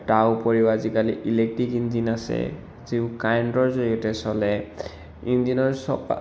তাৰ উপৰিও আজিকালি ইলেক্ট্ৰিক ইঞ্জিন আছে যিবোৰ কাৰেন্টৰ জৰিয়তে চলে ইঞ্জিনৰ চকা